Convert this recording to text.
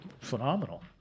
phenomenal